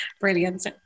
brilliant